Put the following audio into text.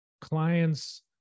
clients